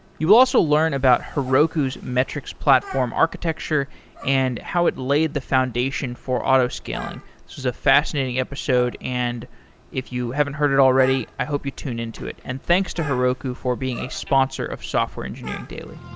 you will also learn about heroku's metrics platform architecture and how it laid the foundation for autoscaling. this was a fascinating episode, and if you haven't heard it already, i hope you tune in to it. and thanks to heroku for being a sponsor of software engineering daily